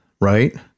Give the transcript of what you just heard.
right